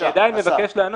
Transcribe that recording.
אני עדיין מבקש לענות.